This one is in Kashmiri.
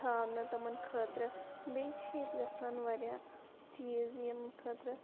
تھاونہٕ تِمَن خٲطرٕ بیٚیہِ چھِ ییٚتہِ گژھان واریاہ چیٖز ییٚمہِ خٲطرٕ